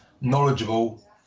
knowledgeable